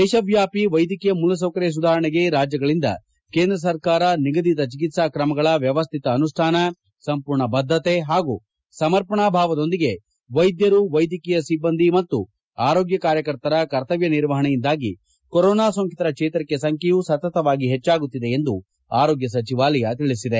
ದೇಶವ್ಯಾಪಿ ವೈದ್ಯಕೀಯ ಮೂಲಸೌಕರ್ಯ ಸುಧಾರಣೆಗೆ ರಾಜ್ಯಗಳಿಂದ ಕೇಂದ್ರ ಸರ್ಕಾರ ನಿಗದಿತ ಚಿಕಿತ್ಸಾ ಕ್ರಮಗಳ ವ್ಯವಸ್ಥಿತ ಅನುಷ್ಯಾನ ಸಂಪೂರ್ಣ ಬದ್ಧಕೆ ಹಾಗೂ ಸಮರ್ಪಣಾ ಭಾವದೊಂದಿಗೆ ವೈದ್ಯರು ವೈದ್ಯಕೀಯ ಸಿಬ್ಬಂದಿ ಮತ್ತು ಆರೋಗ್ಯ ಕಾರ್ಯಕರ್ತರ ಕರ್ತವ್ಯ ನಿರ್ವಹಣೆಯಿಂದಾಗಿ ಕೊರೋನಾ ಸೋಂಕಿತರ ಚೇತರಿಕೆ ಸಂಬೈಯೂ ಸತತವಾಗಿ ಹೆಜ್ಜಾಗುತ್ತಿದೆ ಎಂದು ಆರೋಗ್ಯ ಸಚಿವಾಲಯ ತಿಳಿಸಿದೆ